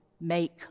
make